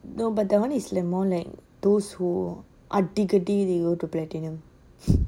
no but that one is like those who are அப்டிக்குஅப்டி:apdiku apdi to platinum